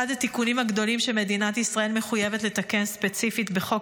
אחד התיקונים הגדולים שמדינת ישראל מחויבת לתקן ספציפית בחוק